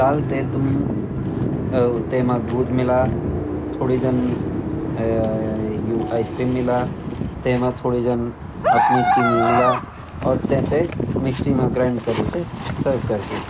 डाली तै तुम तै म दूध मिला थोडी जन आइसक्रीम मिला तै म थोडी जन अपनी चीनी मिला और तै थैं मिक्सी ग्राइण्ड करी तैं सर्व करी द्या।